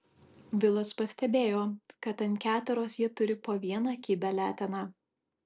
vilas pastebėjo kad ant keteros jie turi po vieną kibią leteną